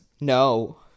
No